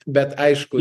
bet aišku